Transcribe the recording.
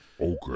Okay